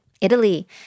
Italy